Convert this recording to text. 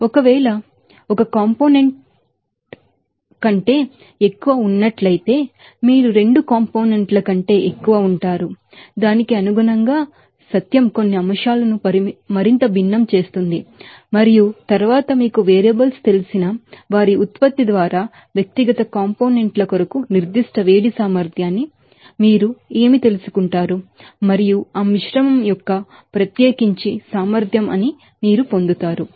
ఒకవేళ 1 కాంపోనెంట్ ల కంటే ఎక్కువ ఉన్నట్లయితే మీరు 2 కాంపోనెంట్ ల కంటే ఎక్కువ ఉంటారు దానికి అనుగుణంగా సత్యం కొన్ని అంశాలను మరింత భిన్నం చేస్తుంది మరియు తరువాత మీకు వేరియబుల్స్ తెలిసిన వారి ఉత్పత్తి ద్వారా వ్యక్తిగత కాంపోనెంట్ ల కొరకు స్పెసిఫిక్ హీట్ కెపాసిటీన్ని మీరు ఏమి తెలుసుకుంటారు మరియు ఆ మిశ్రమం యొక్క ప్రత్యేకించి సామర్థ్యం అని మీరు పొందుతారు